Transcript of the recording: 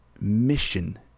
mission